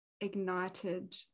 ignited